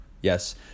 yes